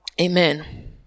amen